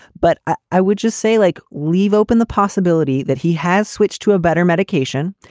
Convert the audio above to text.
but i i would just say, like leave open the possibility that he has switched to a better medication,